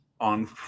on